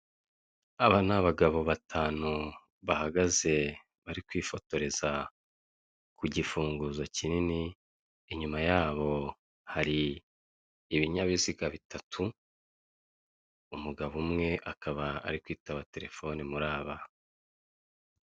Aba ni abagabo batanu bahagaze bari kwifotoreza ku gifunguzo kinini, inyuma yabo hari ibinyabiziga bitatu, umugabo umwe akaba ari kwitaba telefone muri aba.